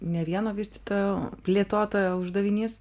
ne vieno vystytojo plėtotojo uždavinys